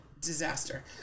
disaster